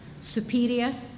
superior